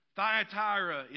Thyatira